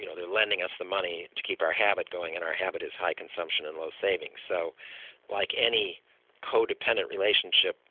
you know they're lending us the money to keep our habit going and our habit is high consumption and low savings. so like any co-dependent relationship,